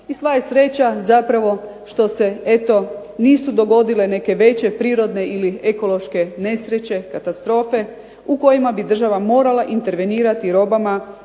i sva je sreća zapravo što se eto nisu dogodile neke veće prirodne ili ekološke nesreće, katastrofe u kojima bi država morala intervenirati robama